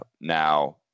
now